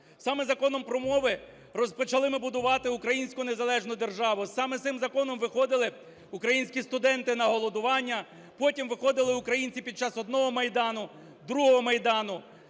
Саме Законом про мови розпочали ми будувати українську незалежну державу. Саме з цим законом виходили українські студенти на голодування, потім виходили українці під час одного Майдану, другого Майдану.